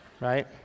Right